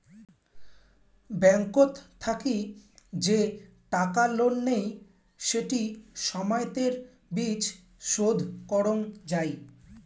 ব্যাংকত থাকি যে টাকা লোন নেই সেটি সময়তের বিচ শোধ করং যাই